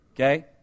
Okay